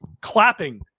clapping